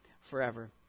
forever